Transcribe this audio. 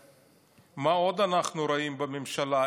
מה עוד אנחנו רואים בממשלה?